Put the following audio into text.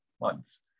months